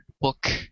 book